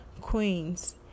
Queens